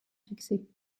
fixée